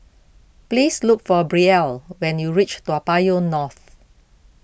please look for Brielle when you reach Toa Payoh North